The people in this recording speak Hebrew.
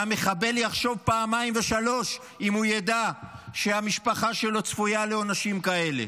המחבל יחשוב פעמיים ושלוש אם הוא ידע שהמשפחה שלו צפויה לעונשים כאלה.